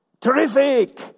terrific